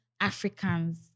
Africans